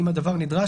אם הדבר נדרש,